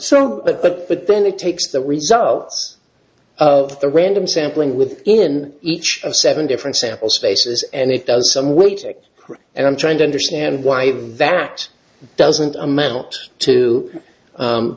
but but then it takes the results of the random sampling within each of seven different sample spaces and it does some waiting and i'm trying to understand why that doesn't amount to